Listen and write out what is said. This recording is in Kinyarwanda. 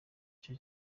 cyo